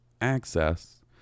access